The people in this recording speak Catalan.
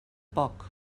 poc